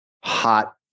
hot